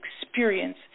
experience